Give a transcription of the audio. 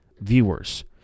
viewers